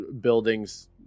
buildings